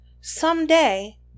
someday